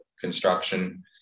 construction